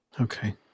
Okay